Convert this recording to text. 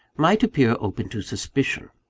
might appear open to suspicion.